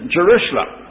Jerusalem